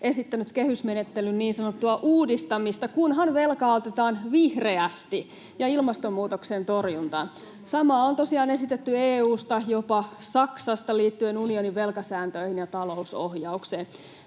esittänyt kehysmenettelyn niin sanottua uudistamista, kunhan velkaa otetaan vihreästi ja ilmastonmuutoksen torjuntaan. Samaa on tosiaan esitetty EU:sta, jopa Saksasta, liittyen unionin velkasääntöihin ja talousohjaukseen.